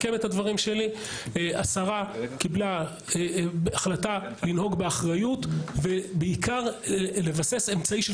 השרה קיבלה החלטה לנהוג באחריות ובעיקר לבסס אמצעי של